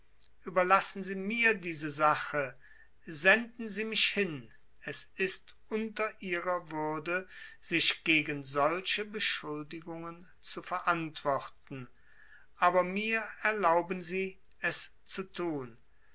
überlassen sie mir diese sache senden sie mich hin es ist unter ihrer würde sich gegen solche beschuldigungen zu verantworten aber mir erlauben sie es zu tun